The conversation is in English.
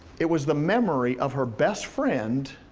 it was the memory of her best friend,